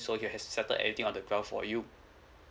so he has settled everything on the ground for you